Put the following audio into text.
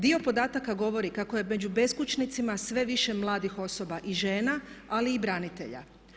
Dio podataka govorio kako je među beskućnicima sve više mladih osoba i žena ali i branitelja.